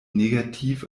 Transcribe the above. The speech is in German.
negativ